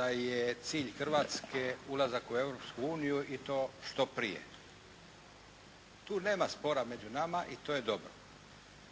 da je cilj Hrvatske ulazak u Europsku uniju i to što prije. Tu nema spora među nama i to je dobro.